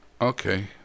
Okay